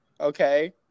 Okay